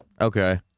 Okay